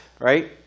right